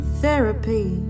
therapy